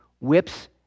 whips